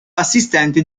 assistente